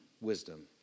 wisdom